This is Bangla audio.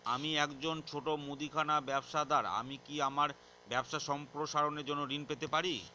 আমি একজন ছোট মুদিখানা ব্যবসাদার আমি কি আমার ব্যবসা সম্প্রসারণের জন্য ঋণ পেতে পারি?